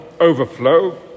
overflow